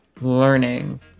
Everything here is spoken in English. learning